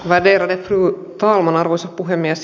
värderade fru talman arvoisa puhemies